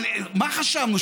אבל מה חשבנו?